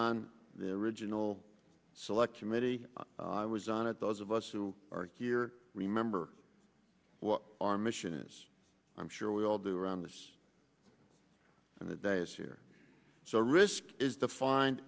on the original select committee i was on it those of us who are here remember what our mission is i'm sure we all do around this and the day is here so risk is defined